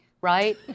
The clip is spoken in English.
right